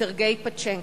סרגיי פאנחיסקוב,